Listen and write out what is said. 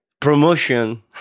promotion